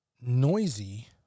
noisy